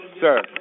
Sir